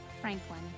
Franklin